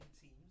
teams